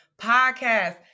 podcast